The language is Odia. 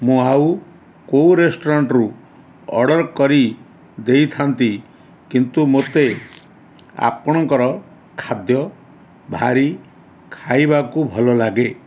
ମୁଁ ଆଉ କୋଉ ରେଷ୍ଟୁରାଣ୍ଟ୍ରୁ ଅର୍ଡ଼ର୍ କରି ଦେଇଥାନ୍ତି କିନ୍ତୁ ମୋତେ ଆପଣଙ୍କର ଖାଦ୍ୟ ଭାରି ଖାଇବାକୁ ଭଲ ଲାଗେ